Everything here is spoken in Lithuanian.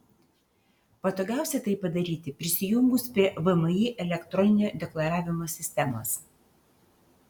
patogiausia tai padaryti prisijungus prie vmi elektroninio deklaravimo sistemos